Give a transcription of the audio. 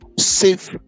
safe